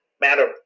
Matter